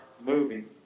moving